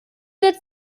der